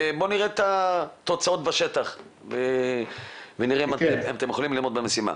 בוא נראה את התוצאות בשטח ונראה אם אתם יכולים לעמוד במשימה.